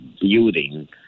building